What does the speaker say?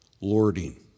lording